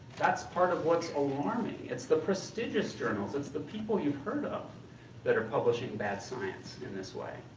that's part of what's alarming. it's the prestigious journals, it's the people you've heard of that are publishing bad science in this way.